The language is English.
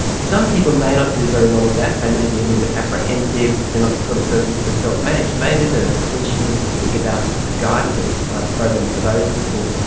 some people may not do very well with that, they may be a little bit apprehensive, they are not the sort of person who can self-manage. maybe the the clinician needs to think about a guided exercise program for those people,